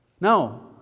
No